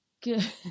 Good